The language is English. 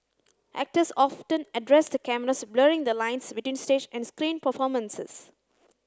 actors often addressed the cameras blurring the lines between stage and screen performances